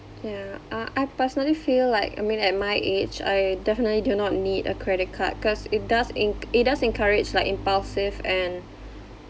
ya uh I personally feel like I mean at my age I definitely do not need a credit card cause it does enc~ it does encourage like impulsive and